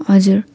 हजुर